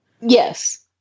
Yes